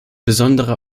besonderer